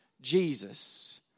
Jesus